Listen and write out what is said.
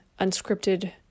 unscripted